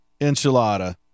enchilada